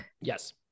Yes